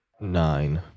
nine